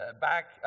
Back